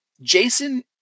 Jason